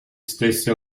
stessi